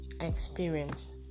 experience